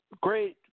great